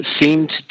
seemed